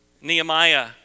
Nehemiah